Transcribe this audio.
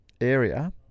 area